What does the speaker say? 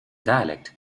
dialect